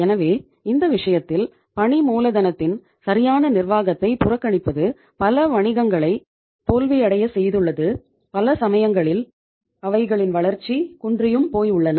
எனவே இந்த விஷயத்தில் பணி மூலதனத்தின் சரியான நிர்வாகத்தை புறக்கணிப்பது பல வணிகங்களை தோல்வியடை செய்துள்ளது பல சமயங்களில் அவைகளின் வளர்ச்சி குன்றியும் போயுள்ளன